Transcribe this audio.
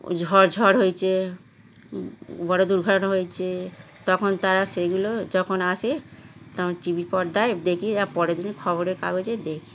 ঝড় ঝড় হয়েছে বড় দুর্ঘটনা হয়েছে তখন তারা সেইগুলো যখন আসে তখন টিভি পর্দায় দেখি আর পরেরদিন খবরের কাগজে দেখি